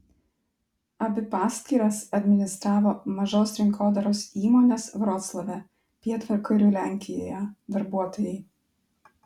abi paskyras administravo mažos rinkodaros įmonės vroclave pietvakarių lenkijoje darbuotojai